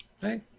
Hey